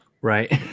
Right